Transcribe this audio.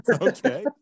Okay